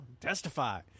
Testify